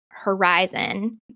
horizon